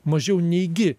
mažiau neigi